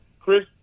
Chris